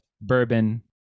bourbon